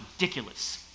ridiculous